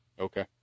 Okay